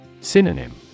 Synonym